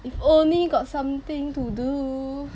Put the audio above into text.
if only got something to do